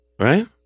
Right